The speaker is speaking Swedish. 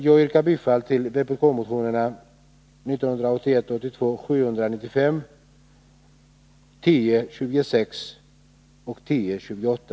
Jag yrkar bifall till vpk-motionerna 1981/82:795, 1026 och 1028.